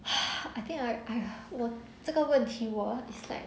I think I !aiya! 我这个问题我 is like